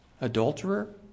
Adulterer